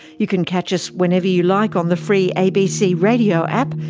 you can catch us whenever you like on the free abc radio app,